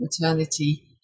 maternity